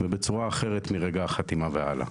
ובצורה אחרת מרגע החתימה והלאה.